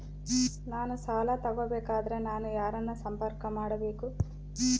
ನಾನು ಸಾಲ ತಗೋಬೇಕಾದರೆ ನಾನು ಯಾರನ್ನು ಸಂಪರ್ಕ ಮಾಡಬೇಕು?